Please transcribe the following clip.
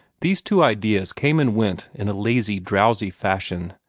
these two ideas came and went in a lazy, drowsy fashion,